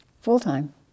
full-time